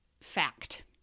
fact